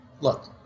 look